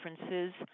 differences